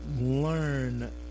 learn